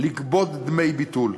לגבות דמי ביטול.